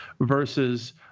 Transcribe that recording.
versus